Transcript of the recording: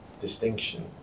distinction